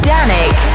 Danik